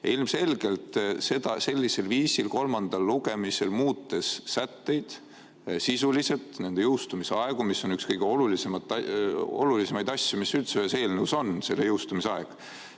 Ilmselgelt sellisel viisil kolmandal lugemisel muuta sätteid sisuliselt, nende jõustumise aegu, mis on üks kõige olulisemaid asju, mis ühes eelnõus on, selle jõustumise